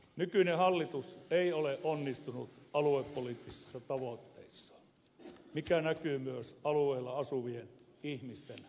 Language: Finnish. nykyinen hallitus ei ole onnistunut aluepoliittisissa tavoitteissaan mikä näkyy myös alueella asuvien ihmisten hätänä